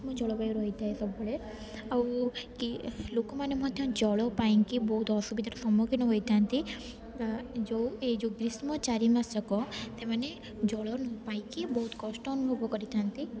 ଗ୍ରୀଷ୍ମ ଜଳବାୟୁ ରହିଥାଏ ସବୁବେଳେ ଆଉ ଲୋକମାନେ ମଧ୍ୟ ଜଳ ପାଇଁକି ବହୁତ ଅସୁବିଧାର ସମ୍ମୁଖୀନ ହୋଇଥାନ୍ତି ଯେଉଁ ଏଇ ଯେଉଁ ଗ୍ରୀଷ୍ମ ଚାରି ମାସକ ସେମାନେ ଜଳ ପାଇଁକି ବହୁତ କଷ୍ଟ ଅନୁଭବ କରିଥାନ୍ତି